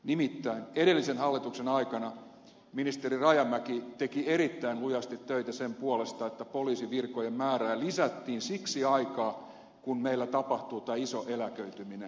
nimittäin edellisen hallituksen aikana ministeri rajamäki teki erittäin lujasti töitä sen puolesta että poliisivirkojen määrää lisättiin siksi aikaa kun meillä tapahtuu tämä iso eläköityminen